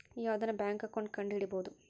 ಯಾವ್ದನ bank account ಕಂಡುಹಿಡಿಬೋದು